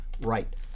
right